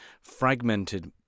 fragmented